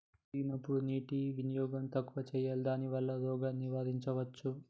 జరిగినప్పుడు నీటి వినియోగం తక్కువ చేయాలి దానివల్ల రోగాన్ని నివారించవచ్చా?